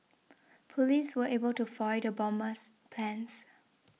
police were able to foil the bomber's plans